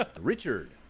Richard